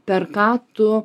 per ką tu